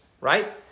right